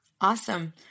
Awesome